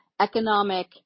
economic